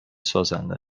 سازنده